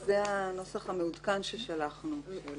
זה הנוסח המעודכן ששלחנו.